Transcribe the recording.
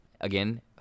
again